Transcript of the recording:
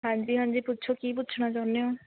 ਹਾਂਜੀ ਹਾਂਜੀ ਪੁੱਛੋ ਕੀ ਪੁੱਛਣਾ ਚਾਹੁੰਦੇ ਹੋ